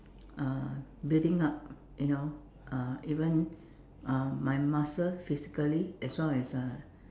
uh building up you know uh even uh my muscles physically as well as uh